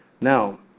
Now